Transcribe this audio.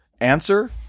answer